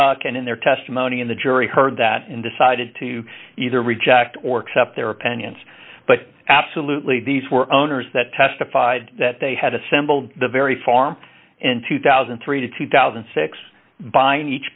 judge and in their testimony in the jury heard that and decided to either reject or accept their opinions but absolutely these were owners that testified that they had assembled the very farm in two thousand and three to two thousand and six buying each